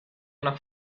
una